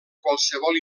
qualsevol